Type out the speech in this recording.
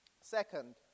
Second